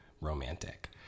romantic